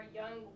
young